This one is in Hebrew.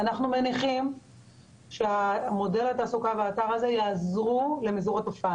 אנחנו מניחים שמודל התעסוקה והאתר הזה יעזרו למזער את התופעה,